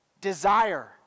desire